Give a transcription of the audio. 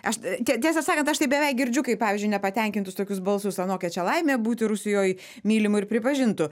aš tie tiesą sakant aš tai beveik girdžiu kaip pavyzdžiui nepatenkintus tokius balsus anokia čia laimė būti rusijoj mylimu ir pripažintu